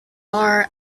are